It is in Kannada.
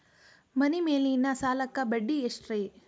ಮನಿ ಮೇಲಿನ ಸಾಲಕ್ಕ ಬಡ್ಡಿ ಎಷ್ಟ್ರಿ?